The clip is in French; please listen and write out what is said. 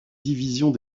divisions